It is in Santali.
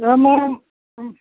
ᱮᱢᱟᱢ